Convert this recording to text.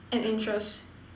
and interest